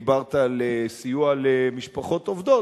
דיברת על סיוע למשפחות עובדות,